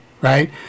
right